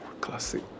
Classic